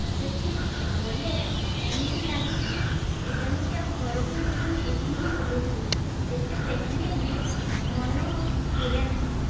ସେଠି ଗଲେ ଏମିତି ଲାଗିକି ଯେମିତି ଆଉ ଘରକୁ ଯିବିନି ଏଠି ହିଁ ବୁଲୁଥିବି ଯେତେ ଦେଖିଲେ ବି ମନ ପୂରେ ନାହିଁ